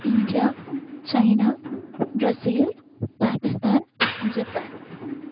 India China Brazil Pakistan Japan